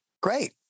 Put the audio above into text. Great